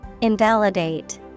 Invalidate